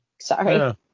Sorry